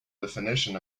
definition